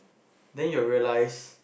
then you will realise